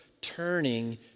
turning